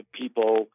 people